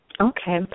Okay